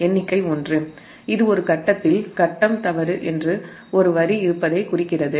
எனவேஎண்ணிக்கை 1 இது ஒரு கட்டத்தில் ஃபேஸ் ஃபால்ட் ஒரு வரி இருப்பதைக் குறிக்கிறது